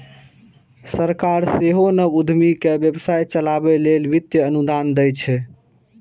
सरकार सेहो नव उद्यमी कें व्यवसाय चलाबै लेल वित्तीय अनुदान दै छै